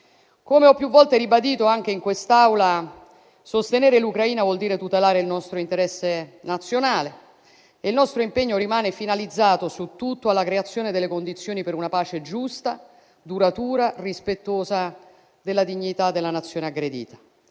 Come ho più volte ribadito anche in quest'Aula, sostenere l'Ucraina vuol dire tutelare il nostro interesse nazionale e il nostro impegno rimane finalizzato su tutto alla creazione delle condizioni per una pace giusta, duratura, rispettosa della dignità della Nazione aggredita.